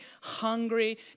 hungry